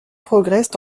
progressent